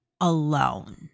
alone